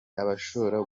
abashobora